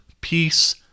peace